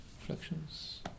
reflections